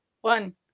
One